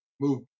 move